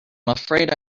afraid